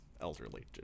elderly